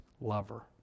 lover